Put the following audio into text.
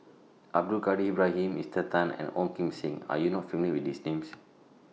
Abdul Kadir Ibrahim Esther Tan and Ong Kim Seng Are YOU not familiar with These Names